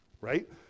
Right